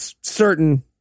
certain